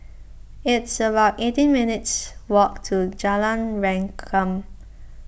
it's about eighteen minutes' walk to Jalan Rengkam